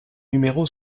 numéro